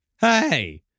Hey